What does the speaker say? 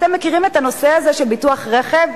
אתם מכירים את הנושא הזה של ביטוח רכב,